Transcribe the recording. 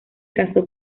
casó